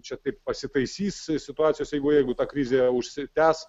čia taip pasitaisys situacijos eigoje jeigu ta krizė užsitęs